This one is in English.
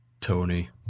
Tony